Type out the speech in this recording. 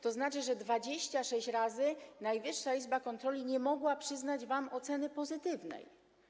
To znaczy, że 26 razy Najwyższa Izba Kontroli nie mogła przyznać wam oceny pozytywnej.